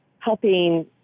helping